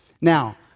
Now